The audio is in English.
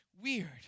weird